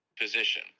position